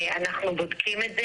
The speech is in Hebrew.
אנחנו בודקים את זה.